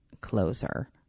closer